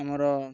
ଆମର